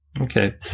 okay